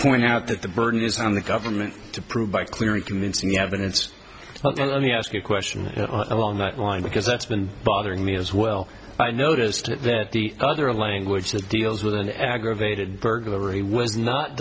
point out that the burden is on the government to prove by clear and convincing evidence but let me ask you a question along that line because that's been bothering me as well i noticed it that the other language that deals with an aggravated burglary was not